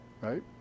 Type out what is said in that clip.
right